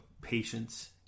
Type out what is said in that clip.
patience